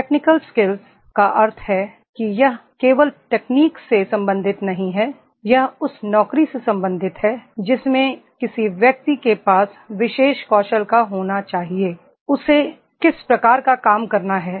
technical skills का अर्थ है कि यह केवल तकनीक से संबंधित नहीं है यह उस नौकरी से संबंधित है जिसमें किसी व्यक्ति के पास विशेष कौशल का होना चाहिए उसे किस प्रकार का काम करना है